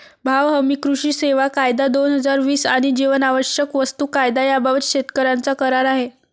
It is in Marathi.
भाव हमी, कृषी सेवा कायदा, दोन हजार वीस आणि जीवनावश्यक वस्तू कायदा याबाबत शेतकऱ्यांचा करार आहे